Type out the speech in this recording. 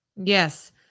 Yes